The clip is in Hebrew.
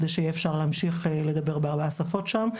כדי שיהיה אפשר להמשיך לדבר בשפות שם.